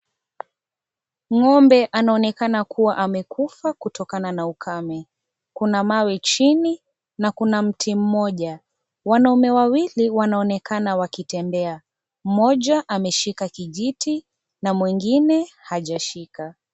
Ng'ombe anaonekana kuwa amekufa kutokana na ukame kuna mawe chini na kuna mti moja wanaume wawili wanaonenakana wakitembea moja ameshika kijiti na mwingine hajashika.